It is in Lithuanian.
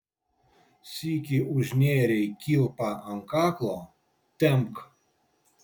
sykį užnėrei kilpą ant kaklo tempk